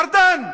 ארדן,